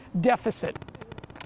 deficit